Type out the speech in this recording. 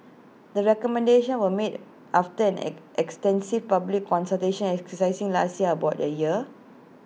the recommendations were made after an extensive public consultation exercise lasting about A year